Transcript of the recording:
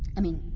i mean,